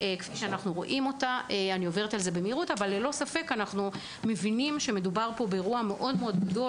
אין ספק שמדובר באירוע גדול.